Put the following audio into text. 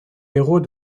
héros